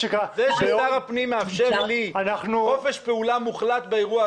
אבל גם כשמשרד הפנים מגיע עם הצעות חוק בין אם ממשלתיות ובין אם פרטיות,